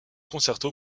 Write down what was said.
concerto